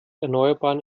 erneuerbaren